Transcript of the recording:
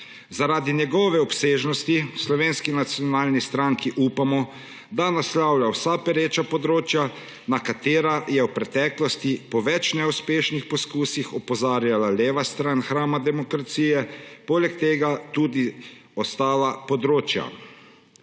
Zaradi njegove obsežnosti v Slovenski nacionalni stranki upamo, da naslavlja vsa pereča področja, na katera je v preteklosti po več neuspešnih poskusih opozarjala leva stran hrama demokracije, poleg tega tudi ostala področja.